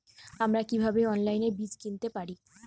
আমরা কীভাবে অনলাইনে বীজ কিনতে পারি?